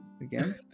again